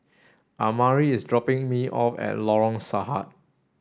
Amari is dropping me off at Lorong Sarhad